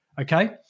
Okay